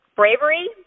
bravery